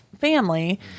family